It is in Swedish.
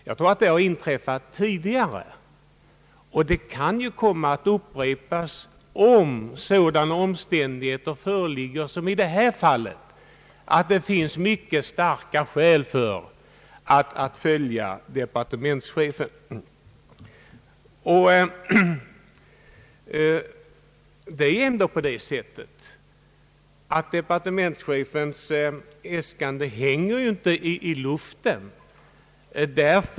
Jag tror att det har inträf-- fat tidigare, och saken kan komma att upprepas om sådana omständigheter” föreligger — som i detta fall — att det finns mycket starka skäl för att följa departementschefen. Departementschefens äskande hänger inte i luften.